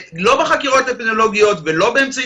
לא בחקירות אפידמיולוגיות ולא באמצעי